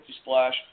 splash